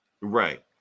Right